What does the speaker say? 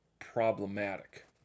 problematic